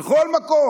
בכל מקום.